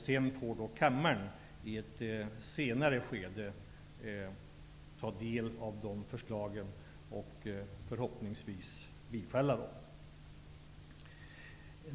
Sedan får kammaren i ett senare skede ta del av förslagen och förhoppningsvis bifalla dem.